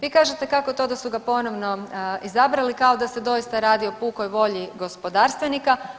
Vi kažete kako to da su ga ponovno izabrali kao da se doista radi o pukoj volji gospodarstvenika.